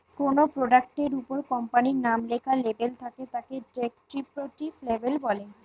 কোনো প্রোডাক্ট এর উপর কোম্পানির নাম লেখা লেবেল থাকে তাকে ডেস্ক্রিপটিভ লেবেল বলে